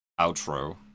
outro